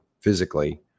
physically